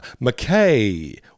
McKay